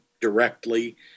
directly